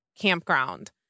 campground